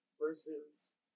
versus